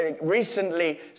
recently